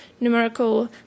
numerical